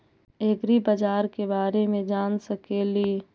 ऐग्रिबाजार के बारे मे जान सकेली?